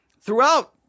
throughout